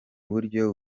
buryo